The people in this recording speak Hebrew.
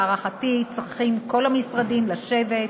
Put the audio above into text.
ולהערכתי כל המשרדים צריכים לשבת,